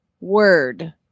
word